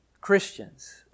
Christians